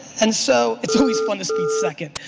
and so it's always fun to speak second.